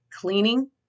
cleaning